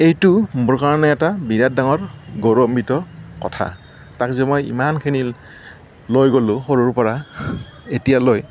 এইটো মোৰ কাৰণে এটা বিৰাট ডাঙৰ গৌৰৱান্বিত কথা তাক যে মই ইমানখিনি লৈ গ'লোঁ সৰুৰ পৰা এতিয়ালৈ